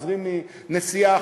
חוזרים מנסיעה,